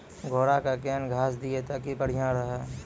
घोड़ा का केन घास दिए ताकि बढ़िया रहा?